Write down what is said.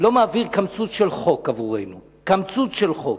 לא מעביר קמצוץ של חוק עבורנו, קמצוץ של חוק.